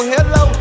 Hello